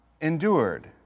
endured